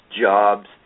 jobs